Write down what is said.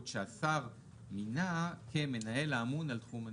שהשר מינה כמנהל האמון על תחום הניקוז.